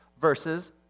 versus